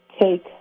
take